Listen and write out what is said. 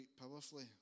powerfully